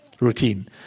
routine